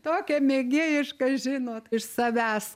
tokią mėgėjišką žinot iš savęs